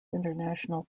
international